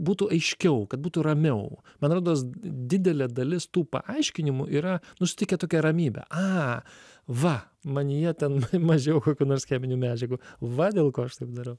būtų aiškiau kad būtų ramiau man rodos didelė dalis tų paaiškinimų yra nu suteikia tokią ramybę a va manyje ten mažiau kokių nors cheminių medžiagų va dėl ko aš taip darau